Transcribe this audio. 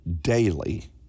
daily